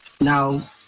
Now